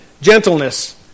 gentleness